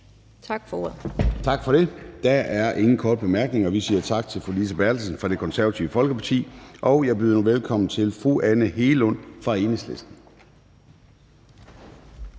Tak for det. Der er ingen korte bemærkninger, så vi siger tak til hr. Per Larsen fra Det Konservative Folkeparti. Jeg byder nu velkommen til hr. Søren Egge Rasmussen fra Enhedslisten.